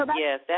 yes